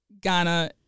Ghana